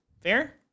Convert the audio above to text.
Fair